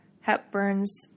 Hepburn's